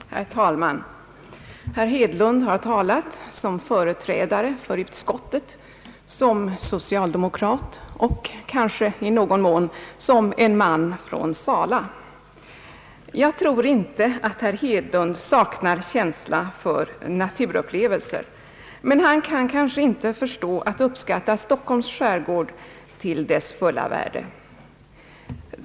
Herr talman! Herr Hedlund har talat som företrädare för utskottet, som socialdemokrat och kanske i någon mån som en man från Sala. Jag tror inte att herr Hedlund saknar känsla för naturupplevelser, men han kanske inte förstår att uppskatta Stockholms skärgård till dess fulla värde.